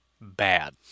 bad